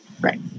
Right